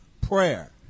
prayer